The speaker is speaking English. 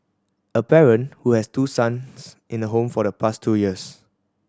a parent who has two sons in the home for the past two years